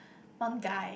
one guy